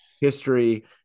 history